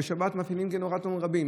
בשבת מפעילים גנרטורים רבים.